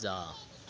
जा